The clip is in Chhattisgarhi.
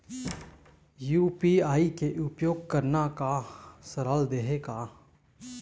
यू.पी.आई के उपयोग करना का सरल देहें का?